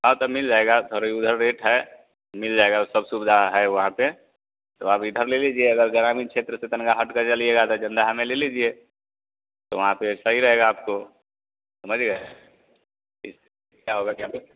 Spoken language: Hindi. हाँ तो मिल जाएगा थोड़ी उधर रेट है मिल जाएगा वह सब सुविधा है वहाँ पर तो आप इधर ले लीजिएगा ग्रामीण छेत्र से तनिका हट कर चलिएगा तो जंदहा में ले लीजिए तो वहाँ पर सही रहेगा आपको समझ गए ठीक है क्या होगा क्या फिर